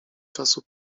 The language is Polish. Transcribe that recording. czasu